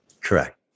Correct